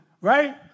right